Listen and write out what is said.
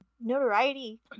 notoriety